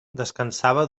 descansava